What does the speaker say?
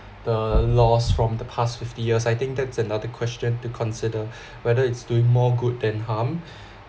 the loss from the past fifty years I think that's another question to consider whether it's doing more good than harm